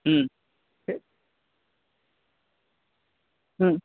হুম হুম